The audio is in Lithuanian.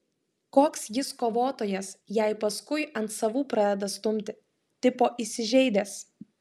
koks jis kovotojas jei paskui ant savų pradeda stumti tipo įsižeidęs